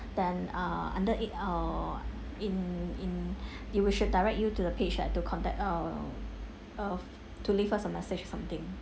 then uh under it or in in it would should direct you to the page like to contact err to leave us a message or something